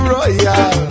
Royal